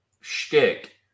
shtick